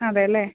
അതെ അല്ലെ